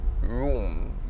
room